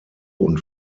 und